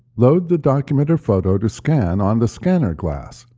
load the document or photo to scan on the scanner glass,